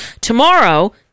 tomorrow